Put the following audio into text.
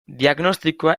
diagnostikoa